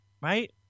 Right